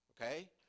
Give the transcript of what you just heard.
Okay